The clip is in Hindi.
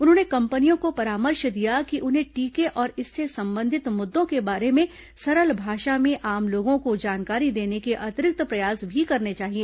उन्होंने कंपनियों को परामर्श दिया कि उन्हें टीके और इससे संबंधित मुद्दों के बारे में सरल भाषा में आम लोगों को जानकारी देने के अतिरिक्त प्रयास भी करने चाहिए